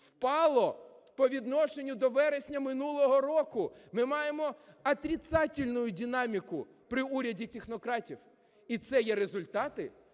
впало по відношенню до вересня минулого року. Ми маємо отрицательную динамику при уряді технократів. І це є результати?